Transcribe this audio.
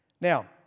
Now